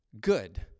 Good